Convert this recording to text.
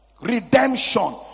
Redemption